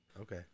Okay